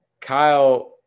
Kyle